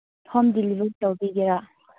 home delivery ꯇꯧꯕꯤꯒꯦꯔꯥ